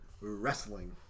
Wrestling